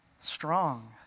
strong